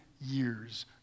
years